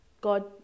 God